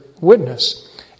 witness